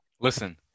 Listen